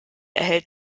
erhält